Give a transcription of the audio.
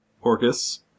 Orcus